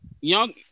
Young